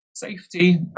Safety